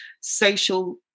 social